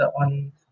on